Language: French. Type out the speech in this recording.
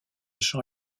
champ